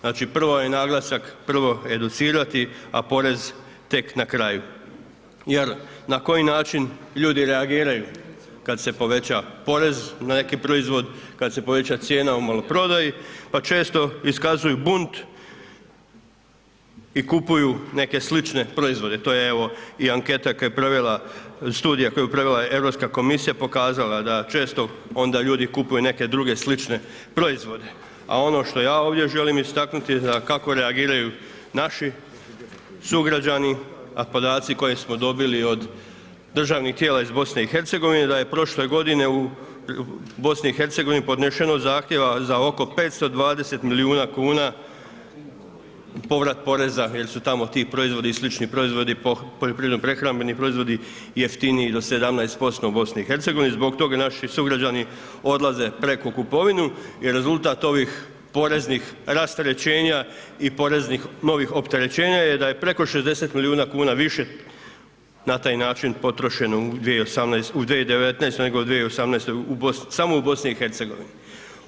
Znači prvo je naglasak prvo educirati a porez tek na kraju jer na koji način ljudi reagiraju kad se poveća porez na neki proizvod, kad se poveća cijena u maloprodaji pa često iskazuju bunt i kupuju neke slične proizvode, to je evo i anketa koju ju je provela, studija koju je provela Europska komisija je pokazala da često onda ljudi kupuju neke druge slične proizvode a ono što ja ovdje želim istaknuti je da kako reagiraju naši sugrađani a podaci koje smo dobili od državnih tijela iz BiH-a, da je prošle godine u BiH-u podnešeno zahtjeva za oko 520 milijuna kuna povrat poreza jer su tamo ti proizvodi i slični proizvodi, poljoprivredno-prehrambeni proizvodi jeftiniji do 17% u BiH-u, zbog tog naši sugrađane odlaze preko u kupovinu i rezultat ovih poreznih rasterećenja i poreznih novih opterećenja je da je preko 60 milijuna kuna više na taj način potrošeno u 2019. nego u 2018. samo u BiH-u.